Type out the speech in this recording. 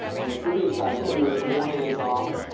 on the caribbean side, the english were more hands-off,